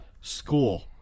School